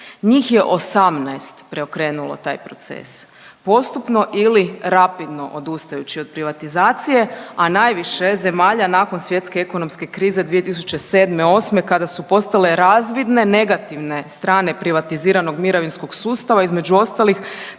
njih je 18 preokrenulo taj proces postupno ili rapidno odustajući od privatizacije, a najviše zemalja nakon svjetske ekonomske krize 2007/08. kada su postale razvidne negativne strane privatiziranog mirovinskog sustava. Između ostalih